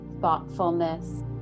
thoughtfulness